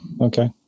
Okay